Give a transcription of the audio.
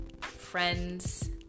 friends